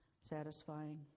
satisfying